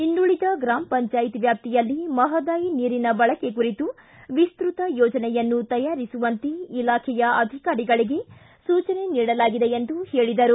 ಇನ್ನು ಉಳಿದ ಗ್ರಾಮ ಪಂಚಾಯತ್ ವ್ಯಾಪ್ತಿಯಲ್ಲಿ ಮಹಾದಾಯಿ ನೀರಿನ ಬಳಕೆ ಕುರಿತು ವಿಸ್ತ್ರಕ ಯೋಜನೆಯನ್ನು ತಯಾರಿಸುವಂತೆ ಇಲಾಖೆಯ ಅಧಿಕಾರಿಗಳಿಗೆ ಸೂಚನೆ ನೀಡಲಾಗಿದೆ ಎಂದು ಹೇಳಿದರು